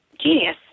genius